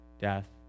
Death